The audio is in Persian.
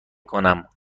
کنم